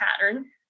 pattern